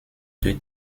deux